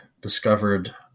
discovered